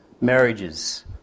marriages